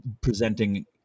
presenting